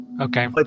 Okay